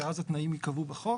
שאז התנאים ייקבעו בחוק